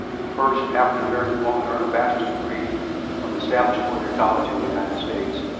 the first african-american woman to earn a bachelor's degree from an established four-year college in the united states.